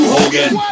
Hogan